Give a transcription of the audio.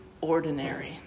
ordinary